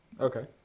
Okay